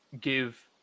give